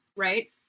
Right